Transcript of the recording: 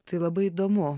tai labai įdomu